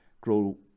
grow